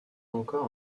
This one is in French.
encore